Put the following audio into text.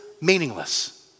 meaningless